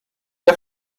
der